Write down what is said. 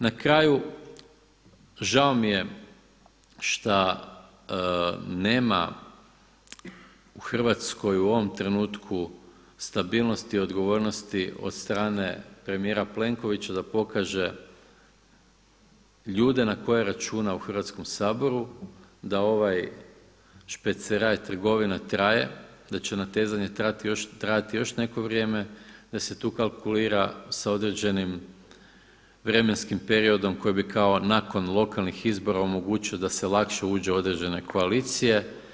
Na kraju, žao mi je šta nema u Hrvatskoj u ovom trenutku stabilnosti i odgovornosti od strane premijera Plenkovića da pokaže ljude na koje računa u Hrvatskom saboru da ovaj špeceraj, trgovina traje, da će natezanje trajati još neko vrijeme, da se tu kalkulira sa određenim vremenskim periodom koji bi kao nakon lokalnih izbora omogućio da se lakše uđe u određene koalicije.